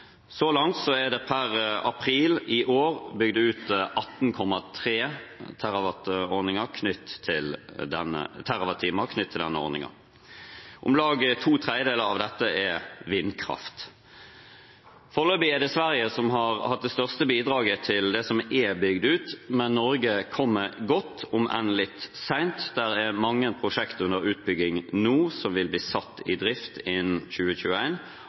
Så langt er det, per april i år, bygd ut 18,3 TWh knyttet til denne ordningen. Om lag to tredjedeler av dette er vindkraft. Foreløpig er det Sverige som har hatt det største bidraget til det som er bygd ut, men Norge kommer godt, om enn litt sent. Det er mange prosjekter under utbygging nå, som vil bli satt i drift innen